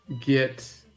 get